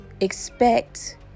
expect